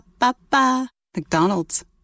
McDonald's